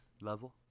level